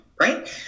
right